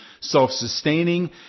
self-sustaining